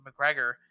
McGregor